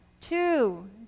two